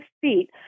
feet